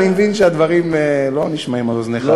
אני מבין שהדברים לא נשמעים לאוזניך,